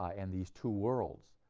ah and these two worlds,